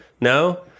No